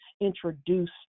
introduced